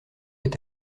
est